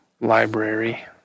library